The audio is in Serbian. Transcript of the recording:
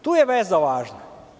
Tu je veza lažna.